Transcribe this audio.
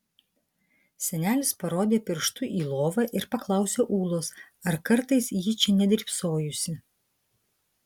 senelis parodė pirštu į lovą ir paklausė ūlos ar kartais ji čia nedrybsojusi